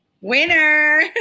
Winner